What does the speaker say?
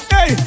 Hey